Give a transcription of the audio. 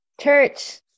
church